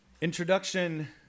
Introduction